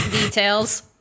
details